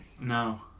No